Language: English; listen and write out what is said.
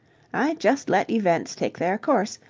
i just let events take their course,